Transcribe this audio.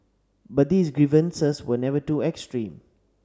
but these grievances were never too extreme